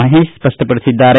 Mahesh ಸ್ಪಷ್ಪಪಡಿಸಿದ್ದಾರೆ